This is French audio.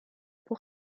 pour